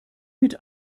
mit